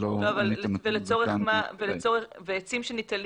אין לי את הנתונים --- ועצים שניטלים